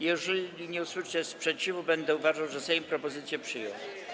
Jeżeli nie usłyszę sprzeciwu, będę uważał, że Sejm propozycję przyjął.